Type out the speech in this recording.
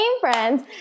friends